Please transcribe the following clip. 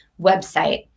website